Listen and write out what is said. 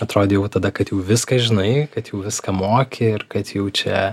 atrodė jau tada kad jau viską žinai kad jau viską moki ir kad jau čia